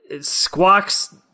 squawks